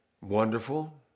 wonderful